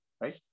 right